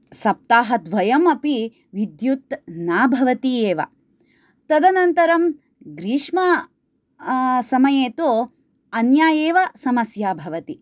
सप्ताहद्वयमपि विद्युत् न भवति एव तदनन्तरं ग्रीष्म समये तु अन्या एव समस्या भवति